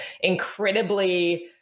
incredibly